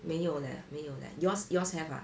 没有 leh 没有 leh yours yours have ah